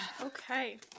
okay